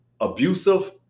abusive